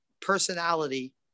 personality